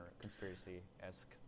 conspiracy-esque